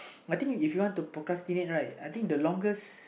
I think if you want to procrastinate right I think the longest